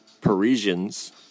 Parisians